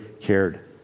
cared